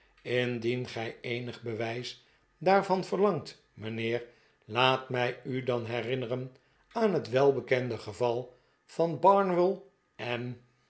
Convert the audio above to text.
indien gij eenig bewijs daarvan verlangt mijnheer laat mij u dan herinneren aan het welbekende geval van barnwell en